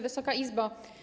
Wysoka Izbo!